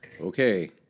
Okay